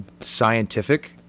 scientific